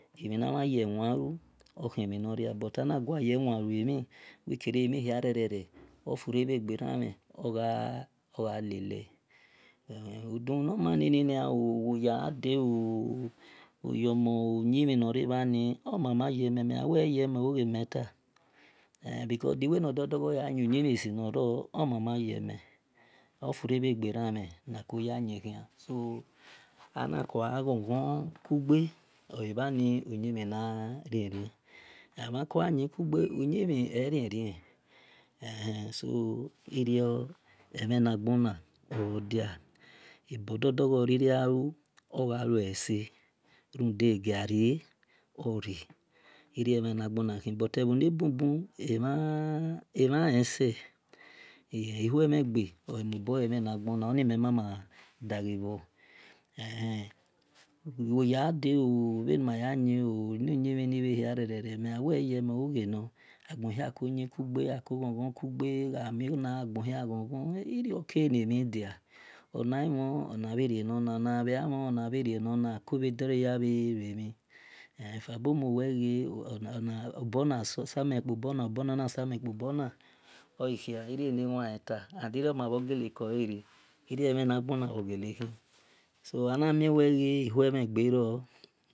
Emhi na mhan ye eanlu okhie mhi nor ria but emhi na mhan ye wan lu okhie mhin nia but ana gua ye wenaa lue mhi wil kere emhihiarere ofure bhe gberamhi ogjalele iduwa nor mani nia ooo woyalele ghadayooo oyomo uyin mhi nor rebhani oma ma yeme mel gba wel e. a ma yeme ohogho dogho yayin uyimhie si nor ro omama yeme ofure bhe ghe ran mhe na feko ya yin khian so ana ko gha feko ya yin khian so ana ko gja gjon ghon kugbe oe bhani uyimhi na mama rie rie amhan kogha yin kughe uyimhin ema rien rienehe so irior emhen naghona o dia ebo dor dor gja khi gja lu orgja o dia ebodor dor gja khi ga irio emhen na gbona khi emhan lese and irio ma bhoble kole re irio emhe na ghona bhof gele khi so ana mie ihomhen gbe ro